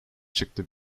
çıktı